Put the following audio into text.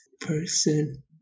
person